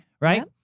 right